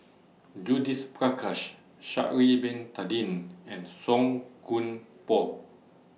Judith Prakash Sha'Ari Bin Tadin and Song Koon Poh